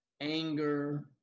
anger